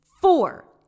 Four